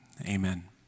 Amen